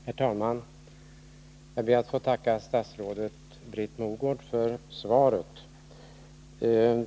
Herr talman! Jag ber att få tacka statsrådet Britt Mogård för svaret.